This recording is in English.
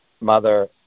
mother